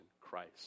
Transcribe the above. Christ